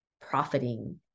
profiting